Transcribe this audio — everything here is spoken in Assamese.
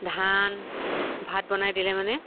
ধান ভাত বনাই দিলে মানে